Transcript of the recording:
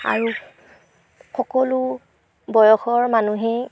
আৰু সকলো বয়সৰ মানুহেই